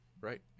right